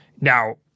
Now